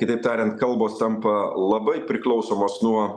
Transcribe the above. kitaip tariant kalbos tampa labai priklausomos nuo